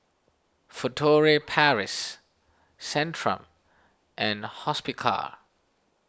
Furtere Paris Centrum and Hospicare